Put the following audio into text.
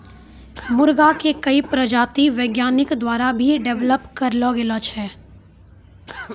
मुर्गा के कई प्रजाति वैज्ञानिक द्वारा भी डेवलप करलो गेलो छै